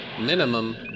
minimum